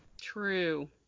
true